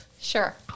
Sure